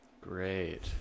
Great